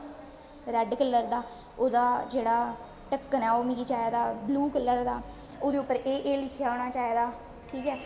red colour दा ओह्दा जेहडा ढक्कन ऐ मिगी चाहिदा ब्लयू कलर दा ओह्दे उप्पर एह् एह् लिक्खे दे होना चाहिदा ठीक ऐ